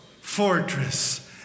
fortress